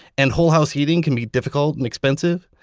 and whole-house heating can be difficult and expensive.